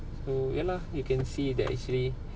so ya lah you can see that actually